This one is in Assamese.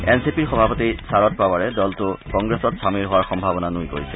এন চি পিৰ সভাপতি শাৰদ পাৱাৰে দলটো কংগ্ৰেছত চামিল হোৱাৰ সম্ভাৱনা নুই কৰিছে